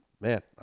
man